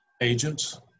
agents